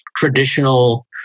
traditional